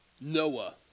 Noah